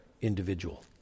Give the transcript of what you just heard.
individual